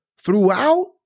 throughout